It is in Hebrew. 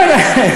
כן.